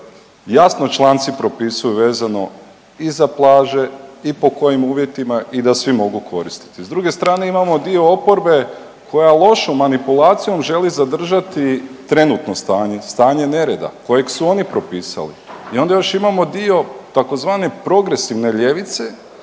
Jasno članci propisuju vezano i za plaže i po kojim uvjetima i da svi mogu koristiti. S druge strane imamo dio oporbe koja lošom manipulacijom želi zadržati trenutno stanje, stanje nereda kojeg su ono propisali. I onda još imamo dio tzv. progresivne ljevice